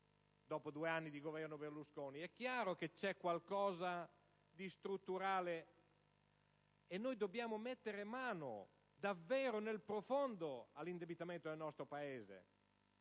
due anni di Governo Berlusconi, è chiaro che c'è un problema strutturale, e noi dobbiamo mettere davvero mano, nel profondo, all'indebitamento del nostro Paese.